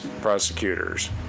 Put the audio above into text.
prosecutors